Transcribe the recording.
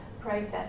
process